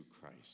Christ